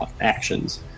actions